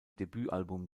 debütalbum